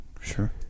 Sure